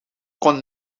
kon